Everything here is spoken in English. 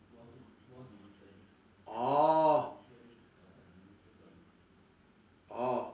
orh orh